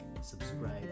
subscribe